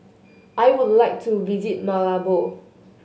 I would like to visit Malabo